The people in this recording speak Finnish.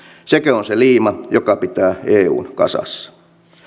sekö on se liima joka pitää eun kasassa